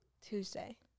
Tuesday